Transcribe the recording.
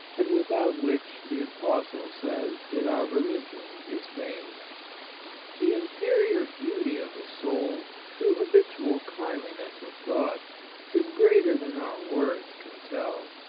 and without which the apostle says that our religion is vain. the interior beauty of a soul through habitual kindliness of thought is greater than our words can tell.